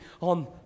on